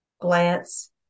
glance